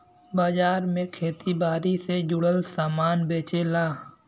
बाजार में खेती बारी से जुड़ल सामान बेचला